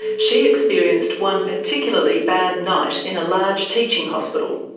she experienced one particularly bad night in a large teaching hospital.